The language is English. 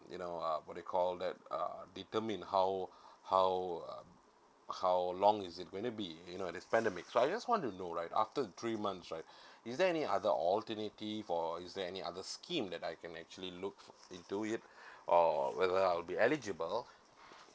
you know uh what they call that uh determine how how how long is it going to be you know this pandemic so I just want to know like after three months right is there any other alternative or is there any other scheme that I can actually look into it or whether I'll be eligible